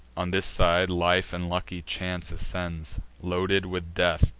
on this side, life and lucky chance ascends loaded with death,